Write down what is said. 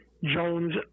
Jones